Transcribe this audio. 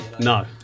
No